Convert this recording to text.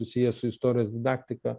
susijęs su istorijos didaktika